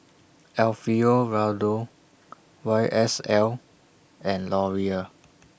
Alfio Raldo Y S L and Laurier